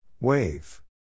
Wave